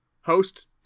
Host